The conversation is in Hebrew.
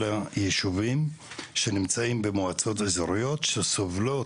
היישובים שנמצאים במועצות אזוריות שסובלות